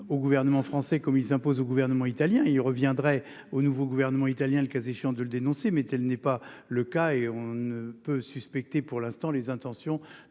au gouvernement français comme ils imposent au gouvernement italien, il reviendrait au nouveau gouvernement italien, le cas échéant de le dénoncer, mais elle n'est pas le cas et on ne peut suspecter, pour l'instant, les intentions